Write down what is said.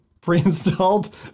pre-installed